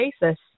basis